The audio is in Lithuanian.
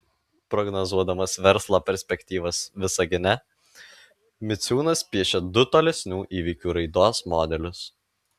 prognozuodamas verslo perspektyvas visagine miciūnas piešia du tolesnių įvykių raidos modelius